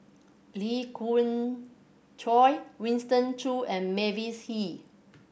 Lee Khoon Choy Winston Choos and Mavis Hee